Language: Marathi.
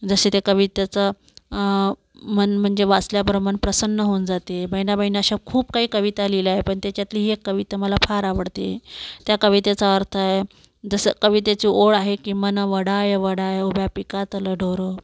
जशा त्या कवितांचं मन म्हणजे वाचल्याप्रमाणे प्रसन्न होऊन जाते बहिणाबाईंनी अशा खूप काही कविता लिहिल्या आहे पण त्याच्यातली ही एक कविता मला फार आवडते त्या कवितेचा अर्थ आहे जसं कवितेची ओळ आहे की मन वढाय वढाय उभ्या पिकातलं रं ढोर